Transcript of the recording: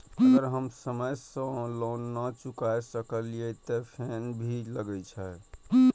अगर हम समय से लोन ना चुकाए सकलिए ते फैन भी लगे छै?